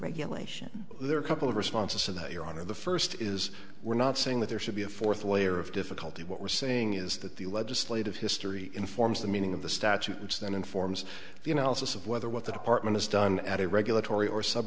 regulation there are a couple of responses to that your honor the first is we're not saying that there should be a fourth layer of difficulty what we're saying is that the legislative history informs the meaning of the statute which then informs the analysis of whether what the department has done at a regulatory or sub